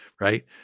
right